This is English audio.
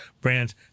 brands